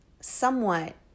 somewhat